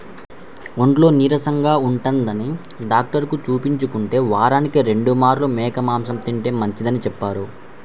ఒంట్లో నీరసంగా ఉంటందని డాక్టరుకి చూపించుకుంటే, వారానికి రెండు మార్లు మేక మాంసం తింటే మంచిదని చెప్పారు